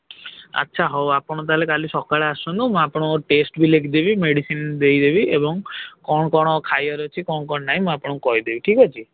ଆଚ୍ଛା ହଉ ଆପଣ ତା'ହେଲେ କାଲି ସକାଳେ ଆସନ୍ତୁ ମୁଁ ଆପଣଙ୍କୁ ଟେଷ୍ଟ ବି ଲେଖିଦେବି ମେଡ଼ିସିନ୍ ଦେଇଦେବି ଏବଂ କ'ଣ କ'ଣ ଖାଇବାର ଅଛି କ'ଣ କ'ଣ ନାହିଁ ମୁଁ ଆପଣଙ୍କୁ କହିଦେବି ଠିକ୍ ଅଛି